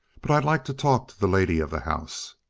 but i'd like to talk to the lady of the house.